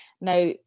Now